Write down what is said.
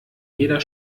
jeder